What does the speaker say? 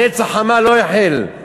נץ החמה, לא החל,